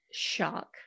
shock